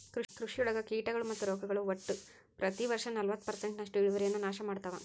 ಕೃಷಿಯೊಳಗ ಕೇಟಗಳು ಮತ್ತು ರೋಗಗಳು ಒಟ್ಟ ಪ್ರತಿ ವರ್ಷನಲವತ್ತು ಪರ್ಸೆಂಟ್ನಷ್ಟು ಇಳುವರಿಯನ್ನ ನಾಶ ಮಾಡ್ತಾವ